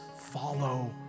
Follow